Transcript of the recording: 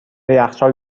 یخچال